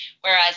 whereas